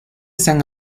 san